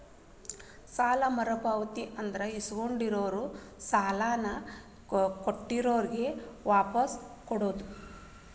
ಸಾಲ ಮರುಪಾವತಿ ಅಂದ್ರ ಇಸ್ಕೊಂಡಿರೋ ಸಾಲಾನ ಸಾಲ ಕೊಟ್ಟಿರೋರ್ಗೆ ವಾಪಾಸ್ ಕೊಡೋದ್